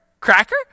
Cracker